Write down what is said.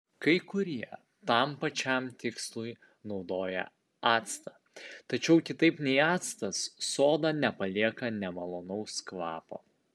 kai kurie tam pačiam tikslui naudoja actą tačiau kitaip nei actas soda nepalieka nemalonaus kvapo